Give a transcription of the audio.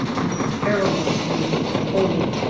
and paralyzed me with cold,